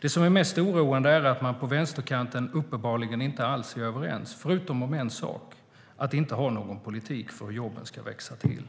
Det som är mest oroande är att man på vänsterkanten uppenbarligen inte alls är överens, förutom om en sak, nämligen att inte ha någon politik för hur jobben ska växa till.